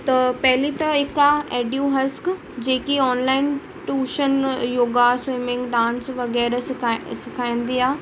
त पहिली त हिकु आहे एडियू हस्क जेकी online tuition yoga swimming dance वग़ैरह सिखा सिखाईंदी आहे